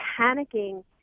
panicking